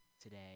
today